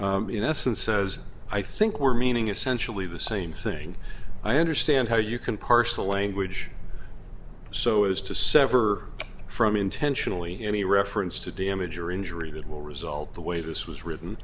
order in essence says i think we're meaning essentially the same thing i understand how you can parse the language so as to sever from intentionally any reference to damage or injury that will result the way this was written